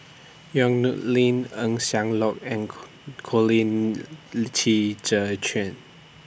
Yong Nyuk Lin Eng Siak Loy and Colin Qi Zhe Quan